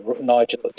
Nigel